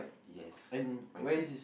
yes my friend